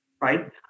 right